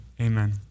amen